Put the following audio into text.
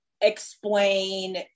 explain